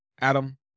Adam